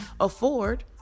afford